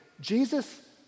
Jesus